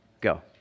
Go